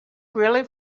really